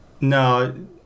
no